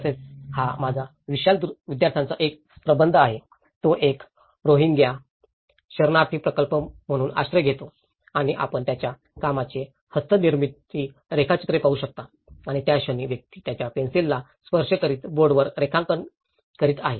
तसेच हा माझा विशाल विद्यार्थ्यांचा एक प्रबंध आहे तो एक रोहिंग्याRohingya's शरणार्थी प्रकल्प म्हणून आश्रय घेतो आणि आपण त्याच्या कामाचे हस्तनिर्मिती रेखाचित्र पाहू शकता आणि त्या क्षणी व्यक्ती त्याच्या पेन्सिलला स्पर्श करीत बोर्डवर रेखांकन करीत आहे